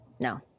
No